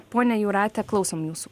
ponia jūrate klausom jūsų